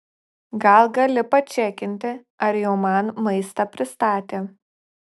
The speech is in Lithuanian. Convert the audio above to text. gal gali pačekinti ar jau man maistą pristatė